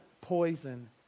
poison